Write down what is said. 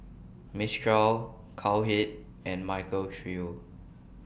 Mistral Cowhead and Michael Trio